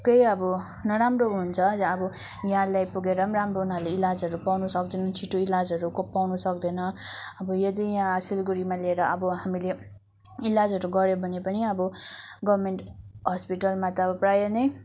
केही अब नराम्रो हुन्छ या अब यहाँ ल्याइपुगेर पनि राम्रो उनीहरूले इलाजहरू पाउन सक्दैन छिटो इलाजहरू पाउनु सक्दैन अब यदि यहाँ सिलगुडीमा लिएर अब हामीले इलाजहरू गर्यो भने पनि अब गभर्नमेन्ट हस्पिटलमा त अब प्रायः नै